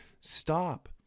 stop